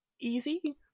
easy